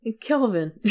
Kelvin